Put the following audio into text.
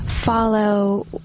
follow